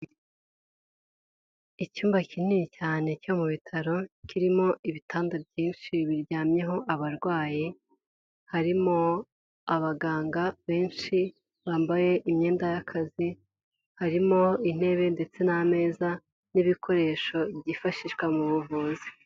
Icyumba kinini cyane cyo mu bitaro kirimo ibitanda byinshi biryamyeho abarwayi, harimo abaganga benshi bambaye imyenda y'akazi, harimo intebe ndetse n'ameza n'ibikoresho byifashishwa mu buvuzi.